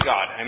God